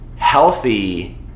Healthy